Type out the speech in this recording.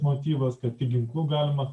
motyvas kad tik ginklu galima